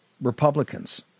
Republicans